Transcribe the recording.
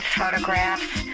photographs